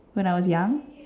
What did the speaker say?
when I was young